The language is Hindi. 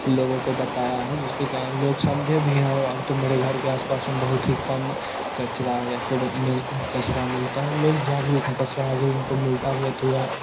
लोगों को बताया है जिसके कारण लोग समझे भी हैं और अब तो मेरे घर के आस पास में बहुत ही कम कचरा या फिर मिल कचरा मिलता है लोग जागरूक हैं कचरा अगर उनको मिलता भी है तो वह